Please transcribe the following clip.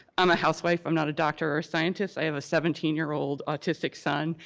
i'm a housewife, i'm not a doctor or a scientist. i have a seventeen year old autistic son.